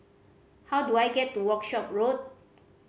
how do I get to Workshop Road